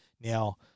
Now